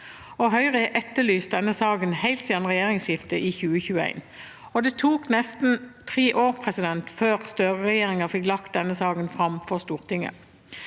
Høyre har etterlyst denne saken helt siden regjeringsskiftet i 2021. Det tok nesten tre år før Støre-regjeringen fikk lagt fram denne saken for Stortinget.